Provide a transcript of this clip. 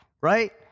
right